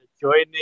joining